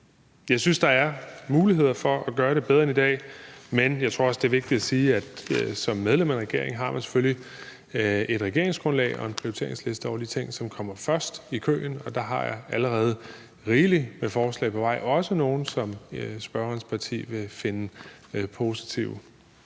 Jeg synes, der er muligheder for at gøre det bedre end i dag. Men jeg tror også, det er vigtigt at sige, at som medlem af regeringen har man selvfølgelig et regeringsgrundlag og en prioriteringsliste over de ting, som kommer først i køen, og der har jeg allerede rigeligt med forslag på vej, også nogle, som spørgerens parti vil finde positive.